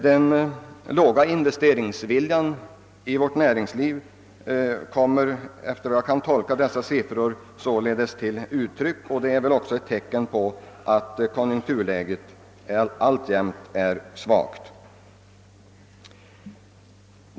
Den dåliga investeringsviljan i vårt näringsliv kommer, om jag tolkar dessa siffror rätt, härigenom till uttryck, och det är väl ett tecken på att konjunkturläget alltjämt är svagt.